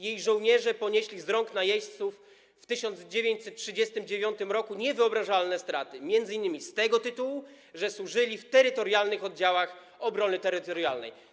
Jej żołnierze ponieśli z rąk najeźdźców w 1939 r. niewyobrażalne straty m.in. z tego tytułu, że służyli w terytorialnych oddziałach obrony terytorialnej.